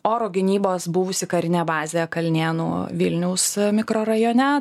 oro gynybos buvusi karinė bazė kalnėnų vilniaus mikrorajone